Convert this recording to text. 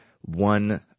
one